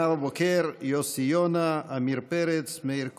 נאוה בוקר, יוסי יונה, עמיר פרץ, מאיר כהן,